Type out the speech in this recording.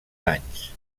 danys